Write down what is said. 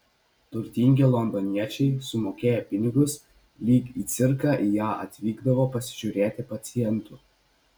turtingi londoniečiai sumokėję pinigus lyg į cirką į ją atvykdavo pasižiūrėti pacientų